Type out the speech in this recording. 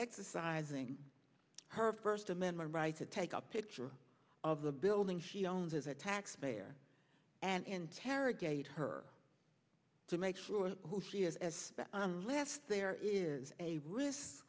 exercising her first amendment right to take a picture of the building she owns as a taxpayer and interrogate her to make sure who she is as if there is a r